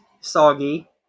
soggy